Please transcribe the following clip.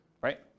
right